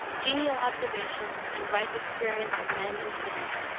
genial observation, and ripe experience of men and cities.